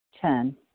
Ten